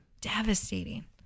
devastating